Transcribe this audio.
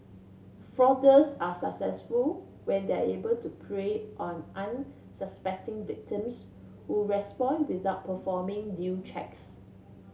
are successful when they are able to prey on unsuspecting victims who respond without performing due checks